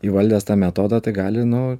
įvaldęs tą metodą tai gali nu